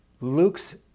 Luke's